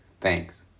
Thanks